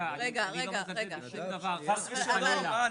אני לא מזלזל בשום דבר, חס וחלילה.